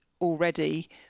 already